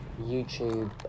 YouTube